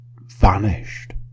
vanished